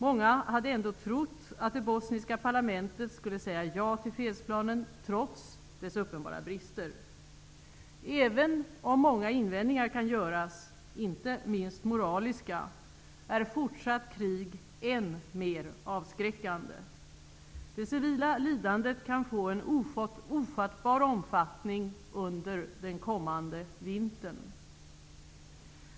Många hade ändå trott att det bosniska parlamentet skulle säga ja till fredsplanen, trots dess uppenbara brister. Även om många invändningar kan göras -- inte minst moraliska -- är fortsatt krig än mer avskräckande. Det civila lidandet kan få en ofattbar omfattning under den kommande vintern.